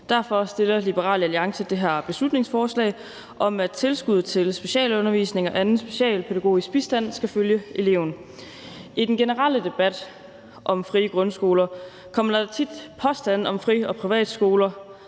Derfor fremsætter Liberal Alliance det her beslutningsforslag om, at tilskud til specialundervisning og anden specialpædagogisk bistand skal følge eleven. I den generelle debat om frie grundskoler, kommer der tit påstande om fri- og privatskoler